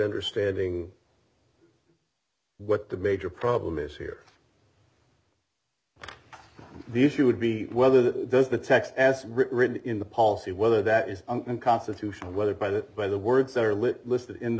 understanding what the major problem is here the issue would be whether the those the text as written in the policy whether that is unconstitutional whether by the by the words or lip listed in the